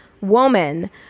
woman